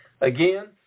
Again